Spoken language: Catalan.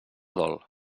dol